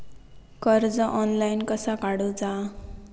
कर्ज ऑनलाइन कसा काडूचा?